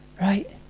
right